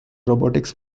robotics